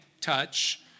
touch